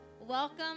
Welcome